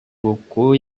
buku